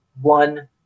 one